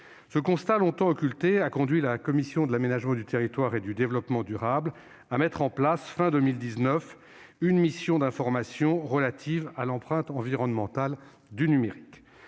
Ce constat longtemps occulté a conduit la commission de l'aménagement du territoire et du développement durable du Sénat à mettre en place à la fin de 2019 une mission d'information relative à l'empreinte environnementale du numérique.